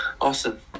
Awesome